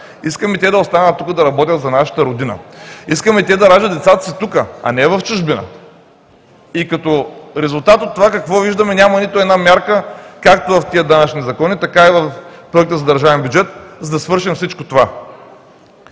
искаме те да останат тук и да работят за нашата родина, искаме те да раждат децата си тук, а не в чужбина. И като резултат от това какво виждаме? Няма нито една мярка както в тези данъчни закони, така и в Проекта за държавния бюджет, за да свършим всичко това.